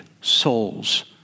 souls